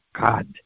God